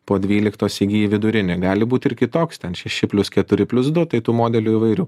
po dvyliktos įgyji vidurinį gali būt ir kitoks ten šeši plius keturi plius du tai tų modelių įvairių